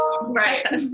Right